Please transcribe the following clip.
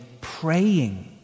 praying